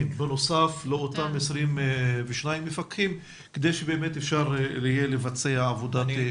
בנוסף לאותם 22 מפקחים כדי שבאמת אפשר יהיה לבצע עבודת פיקוח.